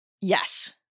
yes